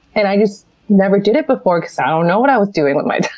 and i just never did it before because, i don't know what i was doing with my